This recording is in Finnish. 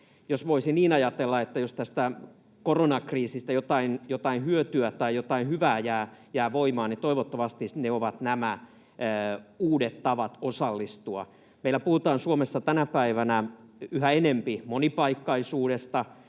ajatella niin, että jos tästä koronakriisistä jotain hyötyä tai jotain hyvää jää voimaan, niin toivottavasti ne ovat nämä uudet tavat osallistua. Meillä puhutaan Suomessa tänä päivänä yhä enempi monipaikkaisuudesta,